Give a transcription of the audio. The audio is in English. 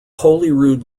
holyrood